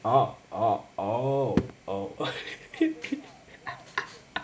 orh orh oh oh